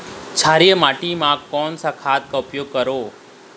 क्षारीय माटी मा कोन सा खाद का उपयोग करों?